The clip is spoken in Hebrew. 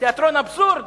תיאטרון אבסורד?